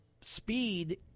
speed